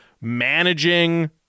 managing